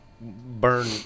burn